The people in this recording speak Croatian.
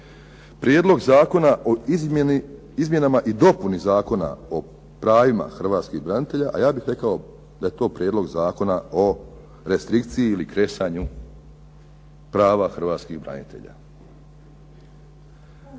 Prijedlog zakona o izmjenama i dopuni Zakona o pravima hrvatskih branitelja, a ja bih rekao da je to Prijedlog zakona o restrikciji ili kresanju prava hrvatskih branitelja.